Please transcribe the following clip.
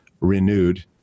renewed